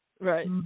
Right